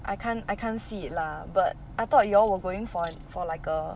I can't I can't see it lah but I thought you all were going for an for like a